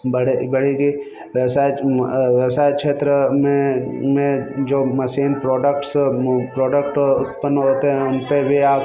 बढ़ेगी व्यवसाय व्यवसाय क्षेत्र में में जो मसीन प्रोडक्ट्स प्रोडक्ट उत्पन्न होते हैं उनपे भी आप